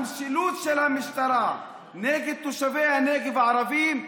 המשילות של המשטרה נגד תושבי הנגב הערבים,